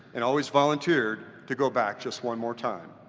and always volunteered to go back just one more time.